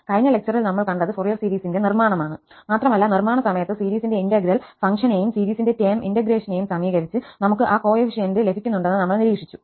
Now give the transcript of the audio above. കഴിഞ്ഞ ലെക്ചറിൽ നമ്മൾ കണ്ടത് ഫോറിയർ സീരീസിന്റെ നിർമ്മാണമാണ് മാത്രമല്ല നിർമാണ സമയത്ത് സീരീസിന്റെ ഇന്റഗ്രൽ ഫംഗ്ഷനെയും സീരീസിന്റെ ടേം ഇന്റഗ്രേഷനെയും സമീകരിച്ച് നമുക്ക് ആ കോഎഫിഷ്യന്റ്സ് ലഭിക്കുന്നുണ്ടെന്ന് നമ്മൾ നിരീക്ഷിച്ചു